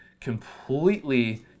completely